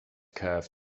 curve